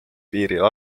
piiril